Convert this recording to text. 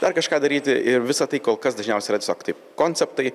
ar kažką daryti ir visa tai kol kas dažniausiai yra tiesiog taip konceptai